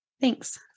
Thanks